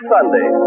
Sunday